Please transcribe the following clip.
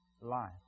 life